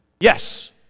Yes